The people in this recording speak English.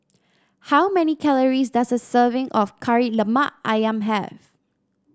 how many calories does a serving of Kari Lemak ayam have